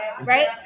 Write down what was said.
right